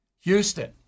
Houston